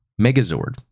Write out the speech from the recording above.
Megazord